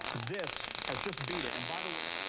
this has just beat it. and by the way.